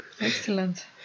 excellent